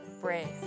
brave